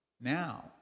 Now